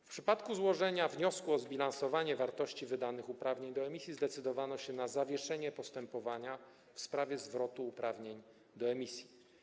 W przypadku złożenia wniosku o zbilansowanie wartości wydanych uprawnień do emisji zdecydowano się na zawieszenie postępowania w sprawie zwrotu uprawnień do emisji.